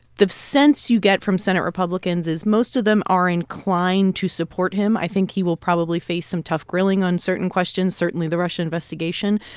the sense you get from senate republicans is most of them are inclined to support him. i think he will probably face some tough grilling on certain questions, certainly the russia investigation.